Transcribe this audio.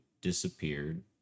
disappeared